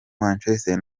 manchester